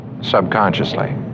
Subconsciously